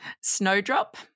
Snowdrop